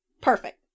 Perfect